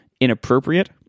inappropriate